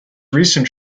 recent